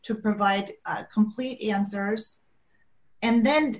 to provide complete answers and then